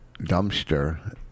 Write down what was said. dumpster